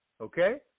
Okay